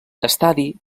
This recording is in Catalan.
estadi